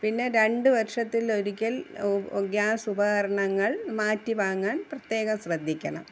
പിന്നെ രണ്ട് വർഷത്തിൽ ഒരിക്കൽ ഗ്യാസ് ഉപകരണങ്ങൾ മാറ്റി വാങ്ങാൻ പ്രത്യേകം ശ്രദ്ധിക്കണം